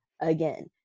again